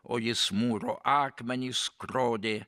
o jis mūro akmenį skrodė